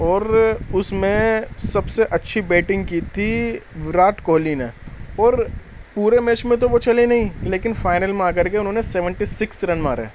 اور اس میں سب سے اچھی بیٹنگ کی تھی وراٹ کوہلی نے اور پورے میچ میں تو وہ چلے نہیں لیکن فائنل میں آ کر کے انہوں نے سیونٹی سکس رن مارے